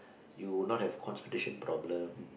you will not have constipation problem